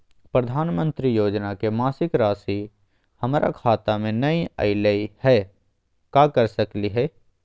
प्रधानमंत्री योजना के मासिक रासि हमरा खाता में नई आइलई हई, का कर सकली हई?